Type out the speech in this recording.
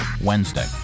Wednesday